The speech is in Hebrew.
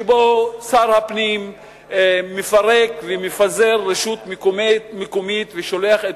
ששר הפנים מפרק ומפזר רשות מקומית ושולח את